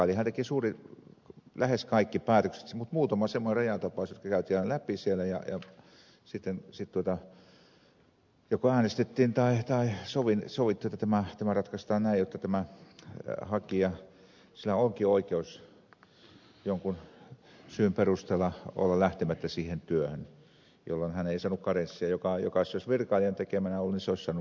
virkailijahan teki lähes kaikki päätökset mutta oli muutama semmoinen rajatapaus jotka käytiin aina läpi siellä ja sitten joko äänestettiin tai sovittiin että tämä ratkaistaan näin jotta tällä hakijalla onkin oikeus jonkun syyn perusteella olla lähtemättä siihen työhön jolloin hän ei saanut karenssia mutta jos se olisi virkailijan tekemä ollut niin hän olisi saanut karenssin